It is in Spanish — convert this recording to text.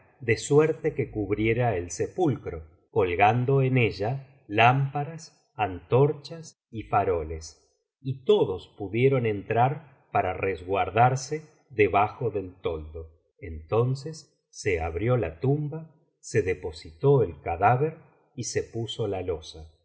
de suerte que cubriera el sepulcro colgando en ella lámparas antorchas y faroles y todos pudieron entrar para resguardarse debajo del toldo entonces se abrió la tumba se depositó el cadáver y se puso la losa